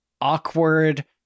awkward